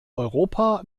europa